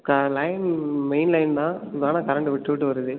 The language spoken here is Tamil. க லைன் மெயின் லைன் தான் இருந்தாலும் கரெண்ட்டு விட்டு விட்டு வருது